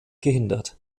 gehindert